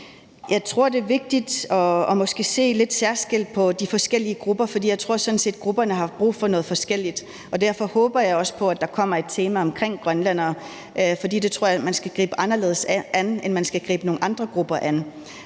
Jeg tror, det er vigtigt måske at se lidt særskilt på de forskellige grupper, for jeg tror sådan set, at grupperne har brug for noget forskelligt. Derfor håber jeg også på, at der kommer et tema om grønlændere, for dem tror jeg man skal gribe anderledes an, end man skal gribe nogle andre grupper an.